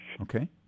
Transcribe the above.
Okay